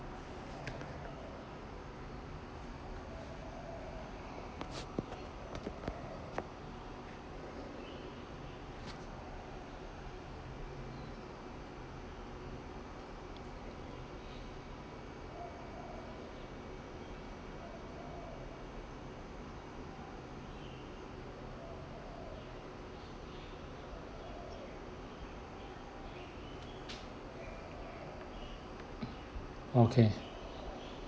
okay